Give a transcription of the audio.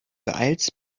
beeilst